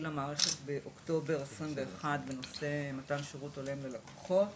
למערכת באוקטובר 2021 בנושא מתן שירות הולם ללקוחות